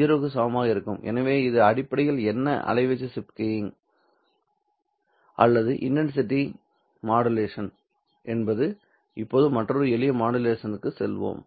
0 க்கு சமமாக இருக்கும் எனவே இது அடிப்படையில் என்ன அலைவீச்சு ஷிப்ட் கீயிங் அல்லது இன்டன்சிடி மாடுலேஷன் என்பது இப்போது மற்றொரு எளிய மாடுலேஷனிற்கு செல்லலாம்